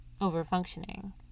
over-functioning